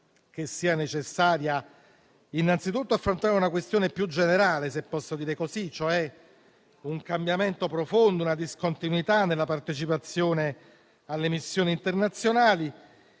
che sia necessario innanzitutto affrontare una questione più generale, se posso dire così, cioè un cambiamento profondo, una discontinuità nella partecipazione alle missioni internazionali.